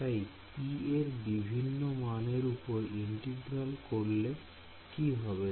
তাই p এর বিভিন্ন মানের উপর ইন্টিগ্রাল করলে কি হবে